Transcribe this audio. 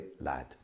lad